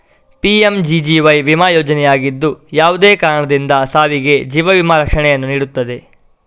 PMGGY ವಿಮಾ ಯೋಜನೆಯಾಗಿದ್ದು, ಯಾವುದೇ ಕಾರಣದಿಂದ ಸಾವಿಗೆ ಜೀವ ವಿಮಾ ರಕ್ಷಣೆಯನ್ನು ನೀಡುತ್ತದೆ